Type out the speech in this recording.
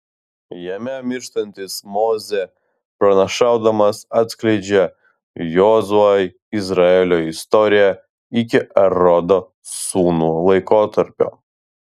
jame mirštantis mozė pranašaudamas atskleidžia jozuei izraelio istoriją iki erodo sūnų laikotarpio